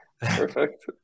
perfect